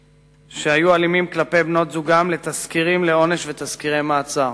כלפי בנות-זוגם לתסקירים לעונש ותסקירי מעצר.